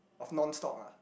of nonstop ah